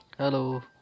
hello